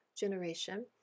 generation